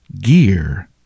gear